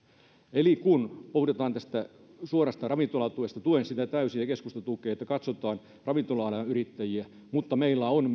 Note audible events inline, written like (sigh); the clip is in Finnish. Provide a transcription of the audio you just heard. eli kun puhutaan tästä suorasta ravintolatuesta tuen sitä täysin ja keskusta tukee sitä että katsotaan ravintola alan yrittäjiä mutta meillä on (unintelligible)